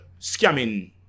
scamming